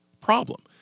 problem